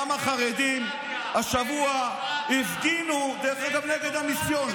כמה חרדים השבוע הפגינו, דרך אגב, נגד המיסיון.